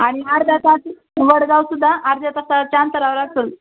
आणि अर्धा तास वडगावसुद्धा अर्ध्या तासाच्या अंतरावर असेल